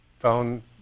Phone